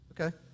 okay